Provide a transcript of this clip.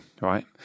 right